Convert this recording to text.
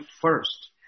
first